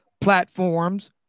platforms